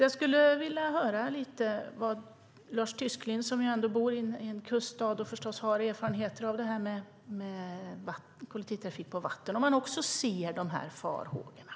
Jag skulle vilja höra om Lars Tysklind, som bor i en kuststad och förstås har erfarenheter av kollektivtrafik på vatten, också ser de här farhågorna.